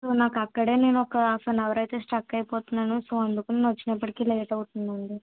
so నాకు అక్కడే నేను ఒక హాఫ్ అన్ అవర్ అయితే స్టక్ అయిపోతున్నాను సో అందుకని నేనొచ్చేటప్పటికి లేట్ అవుతుందండి